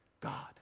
God